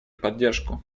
поддержку